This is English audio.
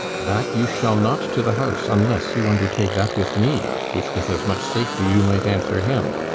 back you shall not to the house, unless you undertake that with me which with as much safety you might answer him.